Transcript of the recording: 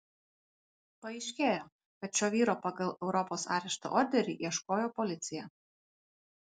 paaiškėjo kad šio vyro pagal europos arešto orderį ieškojo policija